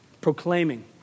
Proclaiming